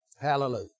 Hallelujah